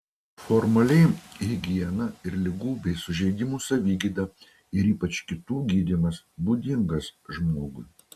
formaliai higiena ir ligų bei sužeidimų savigyda ir ypač kitų gydymas būdingas žmogui